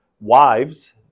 wives